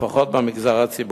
לפחות במגזר הציבורי.